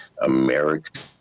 American